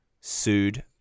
sued